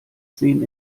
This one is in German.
sehen